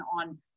on